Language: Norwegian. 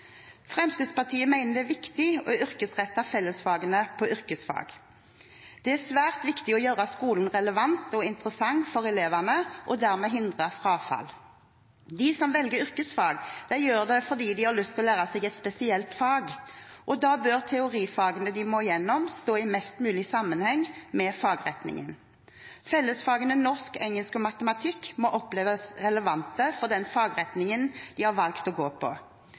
Fremskrittspartiet mener det er viktig å yrkesrette fellesfagene på yrkesfag. Det er svært viktig å gjøre skolen relevant og interessant for elevene og dermed hindre frafall. De som velger yrkesfag, gjør det fordi de har lyst til å lære seg et spesielt fag, og da bør teorifagene de må gjennom, stå i best mulig sammenheng med fagretningen. Fellesfagene norsk, engelsk og matematikk må oppleves relevante for den fagretningen de har valgt å gå på.